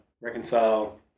reconcile